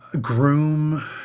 groom